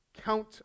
count